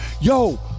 Yo